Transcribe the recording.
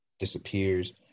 Disappears